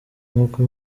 nk’uko